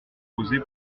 posée